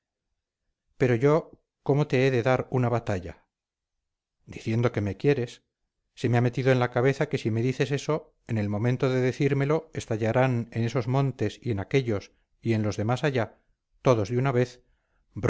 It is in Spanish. pero yo cómo te he de dar una batalla diciendo que me quieres se me ha metido en la cabeza que si me dices eso en el momento de decírmelo estallarán en esos montes y en aquellos y en los de más allá todos de una vez